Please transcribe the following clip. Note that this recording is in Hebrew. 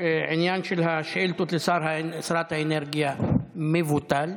העניין של השאילתות לשרת האנרגיה מבוטל,